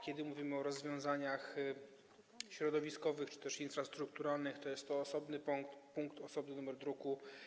Kiedy mówimy o rozwiązaniach środowiskowych czy też infrastrukturalnych, to jest to osobny punkt, osobny numer druku.